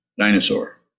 dinosaur